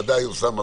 אוסאמה,